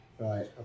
Right